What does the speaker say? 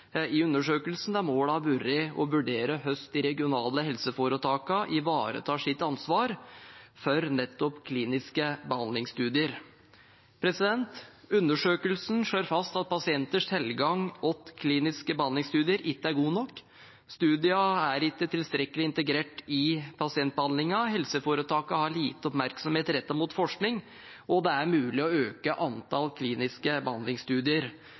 i undersøkelsen, der målet har vært å vurdere hvordan de regionale helseforetakene ivaretar sitt ansvar for nettopp kliniske behandlingsstudier. Undersøkelsen slår fast at pasienters tilgang til kliniske behandlingsstudier ikke er god nok, studiene er ikke tilstrekkelig integrert i pasientbehandlingen, helseforetakene har lite oppmerksomhet rettet mot forskning, og det er mulig å øke antall kliniske behandlingsstudier.